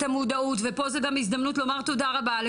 המודעות ופה זאת הזדמנות לומר תודה רבה,